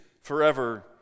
forever